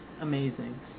amazing